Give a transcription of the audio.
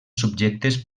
subjectes